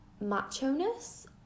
macho-ness